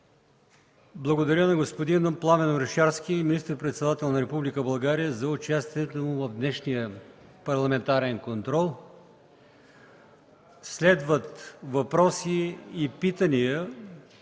Благодаря на господин Пламен Орешарски – министър-председател на Република България, за участието му в днешния парламентарен контрол. Следват въпроси и питания